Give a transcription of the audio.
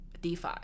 DeFi